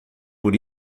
por